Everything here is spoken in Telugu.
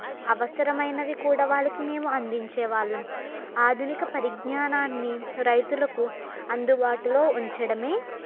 అవసరమైనవి కూడా వాళ్ళకి మేము అందించే వాళ్ళం ఆధునిక పరిజ్ఞానాన్ని రైతులకు అందుబాటులో ఉంచడమే